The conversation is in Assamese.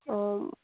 অঁ